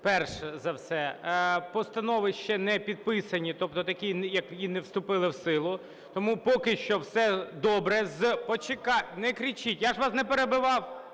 Перш за все, постанови ще не підписані, тобто такі, які не вступили в силу. Тому поки що все добре... Почекайте, не кричіть! Я ж вас не перебивав,